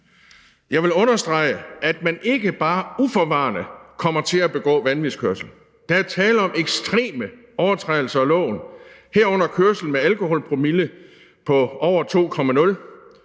Jeg vil understrege, at man ikke bare uforvarende kommer til at begå vanvidskørsel. Der er tale om ekstreme overtrædelser af loven, herunder kørsel med alkoholpromiller på over 2,0,